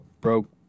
broke